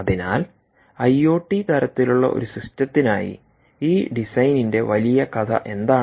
അതിനാൽ ഐഒടി തരത്തിലുള്ള ഒരു സിസ്റ്റത്തിനായി ഈ ഡിസൈനിന്റെ വലിയ കഥ എന്താണ്